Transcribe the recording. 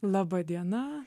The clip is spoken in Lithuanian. laba diena